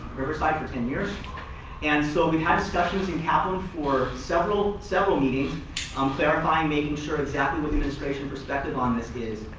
riverside for ten years and so we had discussions in capital for several, several meetings um clarifying making sure exactly what the administration perspective on this is.